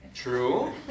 True